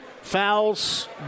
fouls